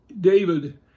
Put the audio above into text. David